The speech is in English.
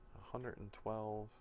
hundred and twelve,